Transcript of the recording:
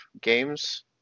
games